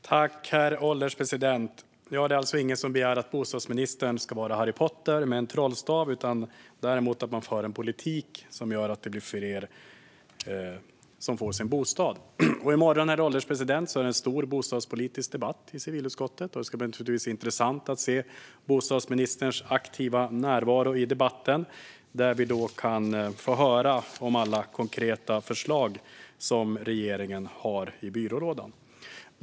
Herr ålderspresident! Det är alltså ingen som begär att bostadsministern ska vara Harry Potter med en trollstav - men däremot att man ska föra en politik som gör att fler får en bostad. I morgon är det en stor bostadspolitisk debatt i civilutskottet, herr ålderspresident. Det ska naturligtvis bli intressant att se bostadsministerns aktiva närvaro i debatten, där vi kan få höra om alla konkreta förslag som regeringen har i byrålådan.